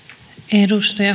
arvoisa